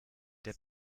der